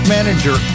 Manager